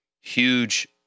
huge